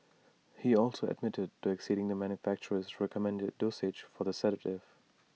he also admitted to exceeding the manufacturer's recommended dosage for the sedative